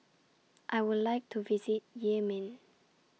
I Would like to visit Yemen